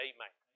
Amen